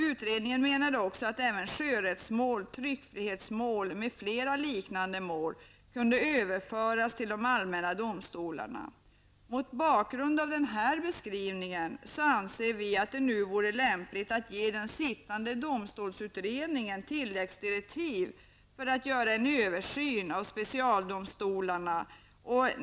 Utredningen menade också att även sjörättsmål, tryckfrihetsmål m.fl. liknande mål kunde överföras till de allmänna domstolarna. Mot bakgrund av den här beskrivningen anser vi att det nu vore lämpligt att ge den sittande domstolsutredningen tilläggsdirektiv för att göra en översyn av specialdomstolarna.